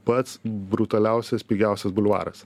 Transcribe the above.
pats brutaliausias pigiausias bulvaras